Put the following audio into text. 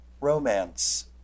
romance